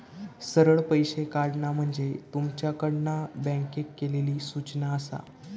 सरळ पैशे काढणा म्हणजे तुमच्याकडना बँकेक केलली सूचना आसा